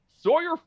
Sawyer